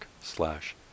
slash